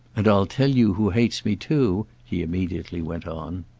and i'll tell you who hates me too, he immediately went on.